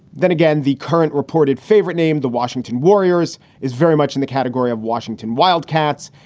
then again, the current reported favorite name, the washington warriors, is very much in the category of washington wildcats.